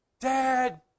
Dad